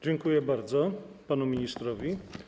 Dziękuję bardzo panu ministrowi.